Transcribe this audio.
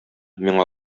миңа